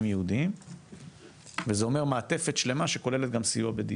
ייעודים וזה אומר מעטפת שלמה שכוללת גם סיוע בדיור.